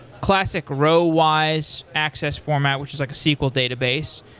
classic row-wise access format, which is like a sql database.